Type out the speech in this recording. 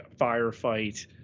firefight